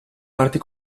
parti